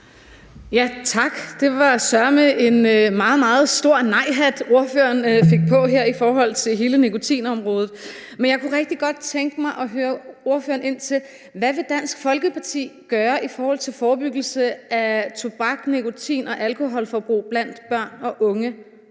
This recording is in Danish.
(M): Tak. Det var søreme en meget, meget stor nejhat, ordføreren fik på her i forhold til hele nikotinområdet. Men jeg kunne rigtig godt tænke mig at spørge ordføreren ind til: Hvad vil Dansk Folkeparti gøre i forhold til forebyggelse af tobaks-, nikotin- og alkoholforbrug blandt børn og unge?